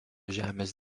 žemės